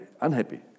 unhappy